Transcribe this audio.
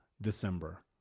December